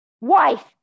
Wife